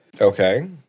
Okay